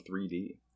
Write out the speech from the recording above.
3D